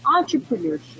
entrepreneurship